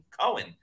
Cohen